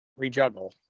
rejuggle